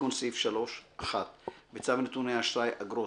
תיקון סעיף 3 1. בצו נתוני אשראי (אגרות),